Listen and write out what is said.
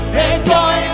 enjoy